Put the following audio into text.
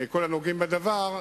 כל הנוגעים בדבר,